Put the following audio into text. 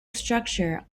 structure